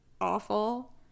awful